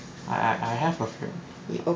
I I I have a few